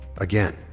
again